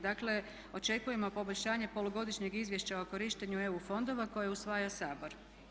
Dakle očekujemo poboljšanje polugodišnjeg izvješća o korištenju EU fondova koje usvaja Sabor.